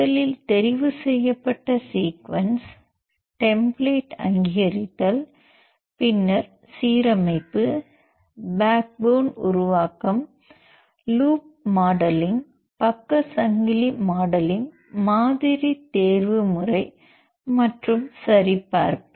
முதலில் தெரிவுசெய்யப்பட்ட sequence template அங்கீகரித்தல் பின்னர் சீரமைப்பு பேக்போன் உருவாக்கம் லூப் மாடலிங் பக்க சங்கிலி மாடலிங் மாதிரி தேர்வுமுறை மற்றும் சரிபார்ப்பு